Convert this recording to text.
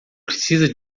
precisa